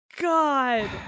God